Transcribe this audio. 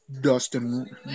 Dustin